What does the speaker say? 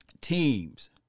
Teams